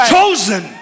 Chosen।